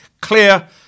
clear